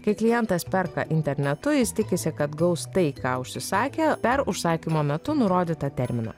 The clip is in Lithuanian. kai klientas perka internetu jis tikisi kad gaus tai ką užsisakė per užsakymo metu nurodytą terminą